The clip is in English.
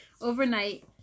overnight